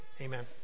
Amen